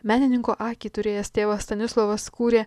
menininko akį turėjęs tėvas stanislovas kūrė